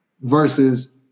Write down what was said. versus